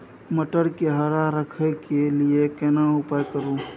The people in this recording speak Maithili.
मटर के हरा रखय के लिए केना उपाय करू?